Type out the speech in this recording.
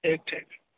ठीक ठीक